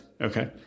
Okay